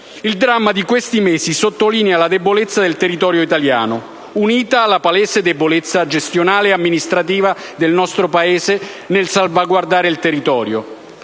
Il dramma di questi mesi sottolinea la debolezza del territorio italiano, unita alla palese debolezza gestionale e amministrativa del nostro Paese nel salvaguardare il territorio.